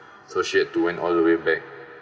so she had to went all the way back